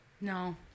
No